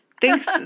Thanks